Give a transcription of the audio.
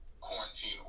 quarantine